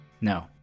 No